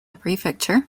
prefecture